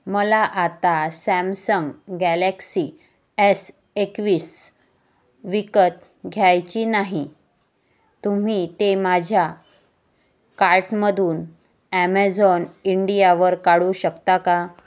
मला आता Samsung Galaxy S एकवीस विकत घ्यायची नाही तुम्ही ते माझ्या कार्टमधून ॲमेझॉन इंडियावर काढू शकता का